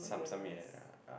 some some may have ah